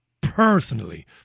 personally